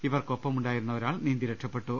ഇവർക്കൊപ്പമുണ്ടായിരുന്ന ഒരാൾ നീന്തി രക്ഷപ്പെട്ടു